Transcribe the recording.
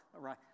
right